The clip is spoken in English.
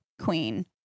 queen